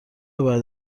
باید